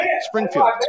Springfield